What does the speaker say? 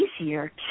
easier